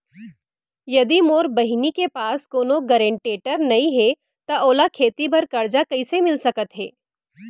यदि मोर बहिनी के पास कोनो गरेंटेटर नई हे त ओला खेती बर कर्जा कईसे मिल सकत हे?